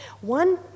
One